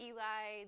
Eli